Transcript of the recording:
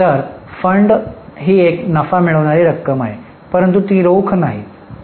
तर फंड ही नफा मिळविणारी रक्कम आहे परंतु ती रोख नाही